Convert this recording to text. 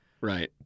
Right